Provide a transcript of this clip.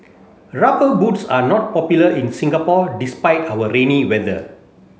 rubber boots are not popular in Singapore despite our rainy weather